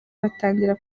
batangira